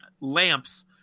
Lamps